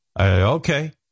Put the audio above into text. Okay